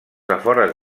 afores